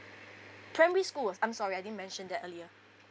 primary school uh I'm sorry I didn't mention that earlier